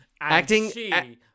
Acting –